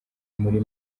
muri